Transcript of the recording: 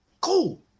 Cool